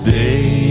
day